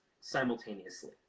simultaneously